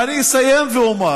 אני אסיים ואומר